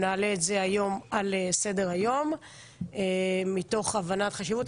נעלה את זה היום לסדר-היום מתוך הבנת החשיבות.